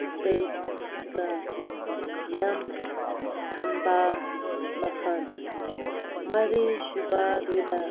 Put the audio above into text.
ꯏꯁꯄꯦꯁꯒ ꯌꯥꯝ ꯊꯝꯕ ꯃꯐꯝ ꯃꯔꯤꯁꯨꯕꯗꯨꯗ